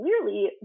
clearly